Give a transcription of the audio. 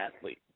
athlete